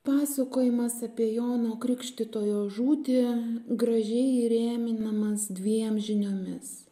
pasakojimas apie jono krikštytojo žūtį gražiai įrėminamas dviem žiniomis